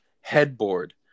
headboard